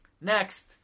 Next